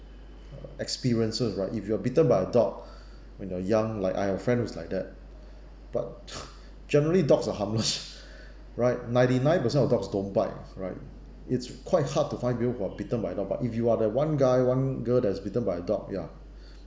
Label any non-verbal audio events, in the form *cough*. uh experiences right if you are bitten by a dog *breath* when you are young like I have friends who's like that but *noise* generally dogs are harmless *laughs* right ninety nine per cent of dogs don't bite right it's quite hard to find people who are bitten by dog but if you the one guy one girl that is bitten by a dog ya